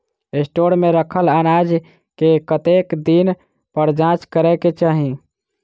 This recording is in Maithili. स्टोर मे रखल अनाज केँ कतेक दिन पर जाँच करै केँ चाहि?